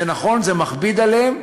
זה נכון, זה מכביד עליהן,